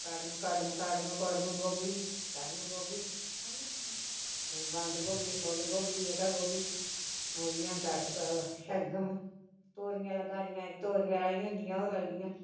कड़म कड़म कड़म कड़म गोबी कड़म गोबी सारा बंद गोबी फुल्ल गोबी जेह्का गोबी मूलियां शलगम तोरियां लग्गा दियां तोरियां राही दियां होंदियां ओह् लगदियां